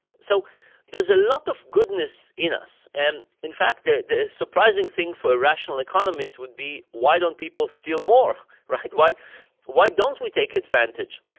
so there's a lot of goodness in us and in fact, the the surprising thing for a rational economist would be, why don't people steal more, right? why why don't we take advantage?